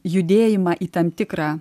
judėjimą į tam tikrą